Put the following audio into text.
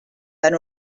tan